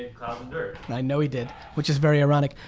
and and i know he did, which is very ironic.